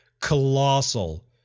colossal